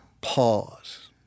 pause